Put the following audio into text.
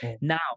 Now